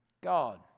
God